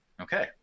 Okay